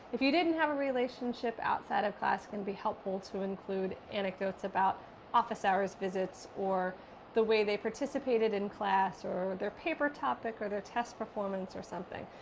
if you didn't have a relationship outside of class, it can be helpful to include anecdotes about office hours visits, or the way they participated in class, or their paper topic, or their test performance, or something.